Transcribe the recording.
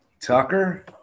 Tucker